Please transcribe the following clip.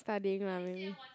studying lah